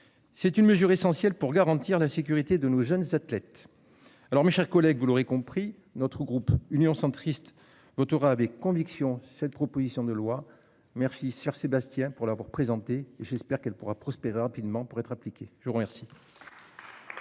C'est une mesure essentielle pour garantir la sécurité de nos jeunes athlètes. Alors, mes chers collègues, vous l'aurez compris, notre groupe Union centriste votera avec conviction. Cette proposition de loi merci sur Sébastien pour l'avoir présenté, j'espère qu'elle pourra prospérer rapidement pour être appliquée, je vous remercie.